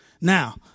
Now